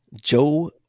Joe